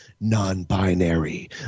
non-binary